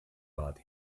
war